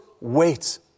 wait